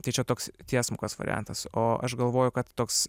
tai čia toks tiesmukas variantas o aš galvoju kad toks